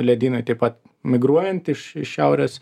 ledynai taip pat migruojant iš iš šiaurės